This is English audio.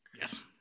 Yes